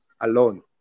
alone